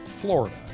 Florida